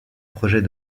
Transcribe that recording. projet